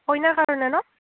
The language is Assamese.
কইনাৰ কাৰণে ন